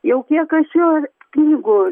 jau kiek aš jo knygų